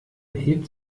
hebt